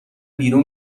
بیرون